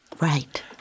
Right